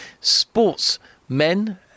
sportsmen